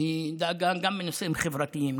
היא דאגה גם בנושאים חברתיים,